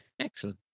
excellent